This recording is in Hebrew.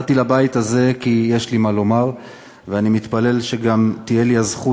באתי לבית הזה כי יש לי מה לומר,